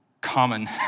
common